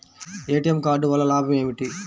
ATM card వల్ల లాభం ఏమిటి?